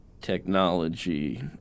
technology